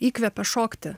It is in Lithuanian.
įkvepia šokti